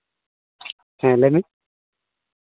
ᱦᱮᱸ ᱞᱟᱹᱭ ᱢᱮ